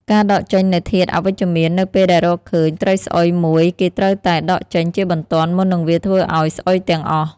ការដកចេញនូវធាតុអវិជ្ជមាន នៅពេលដែលរកឃើញ ត្រីស្អុយ មួយ គេត្រូវតែ ដកចេញ ជាបន្ទាន់មុននឹងវាធ្វើឲ្យ ស្អុយទាំងអស់។